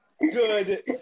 Good